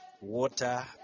water